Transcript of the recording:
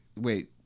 Wait